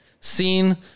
Seen